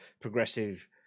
progressive